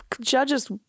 judges